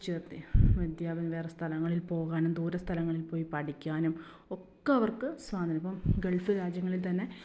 കുതിച്ചുയർത്തി വേറെ സ്ഥലങ്ങളിൽ പോകുവാനും ദൂരെ സ്ഥലങ്ങളിൽ പോയി പഠിക്കാനും ഒക്കെ അവർക്ക് സ്വാതന്ത്ര്യം ഇപ്പോൾ ഗൾഫ് രാജ്യങ്ങളിൽ തന്നെ